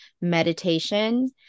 meditation